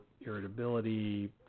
irritability